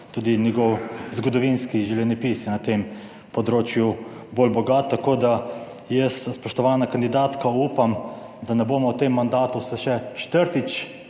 tudi njegov zgodovinski življenjepis je na tem področju bolj bogat. Tako, da jaz, spoštovana kandidatka, upam, da ne bomo v tem mandatu se še četrtič